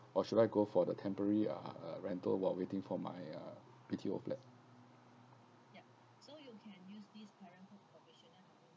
or should I go for the temporary uh uh renting while waiting for my uh B_T_O flat